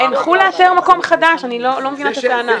הנחו לאתר מקום חדש, אני לא מבינה את הטענה.